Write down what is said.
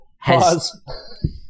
has-